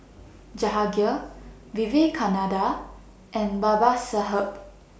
Jahangir Vivekananda and Babasaheb